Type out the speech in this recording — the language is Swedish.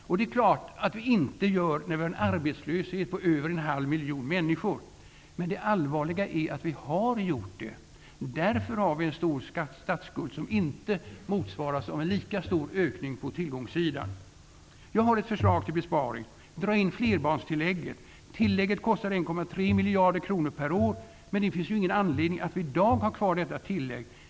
Och det är klart att vi inte gör när vi har en arbetslöshet på över en halv miljon människor. Men det allvarliga är att vi har gjort det. Därför har vi en stor statsskuld, som inte motsvaras av en lika stor ökning på tillgångssidan. Jag har ett förslag till besparing: Dra in flerbarnstillägget! Tillägget kostar l,3 miljarder kronor per år, men det finns ingen anledning att i dag ha kvar detta tillägg.